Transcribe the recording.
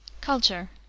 Culture